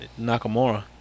Nakamura